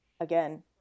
again